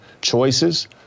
choices